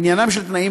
עניינם של תנאים